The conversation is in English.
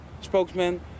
spokesman